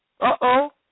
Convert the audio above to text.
uh-oh